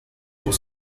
pour